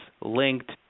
linked